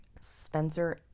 Spencer